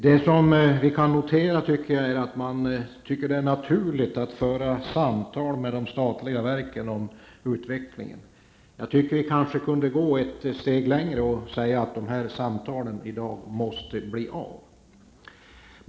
Vad jag tycker kan noteras är att man menar att det är naturligt att föra samtal med de statliga verken om utvecklingen. Jag tycker att vi kunde gå ett steg längre och säga att dessa samtal nu måste bli av.